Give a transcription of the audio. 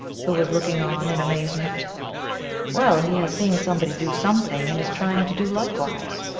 who was looking on in amaze ment. well, he has seen somebody do something, and is trying to do likewise,